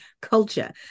culture